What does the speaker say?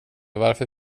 varför